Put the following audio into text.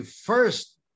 first